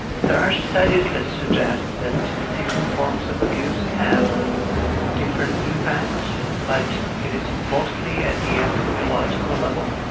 there are studies that suggest that different forms of abuse have different impacts, but it is mostly at the epidemiological level.